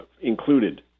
included